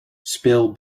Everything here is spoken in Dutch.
speel